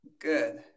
Good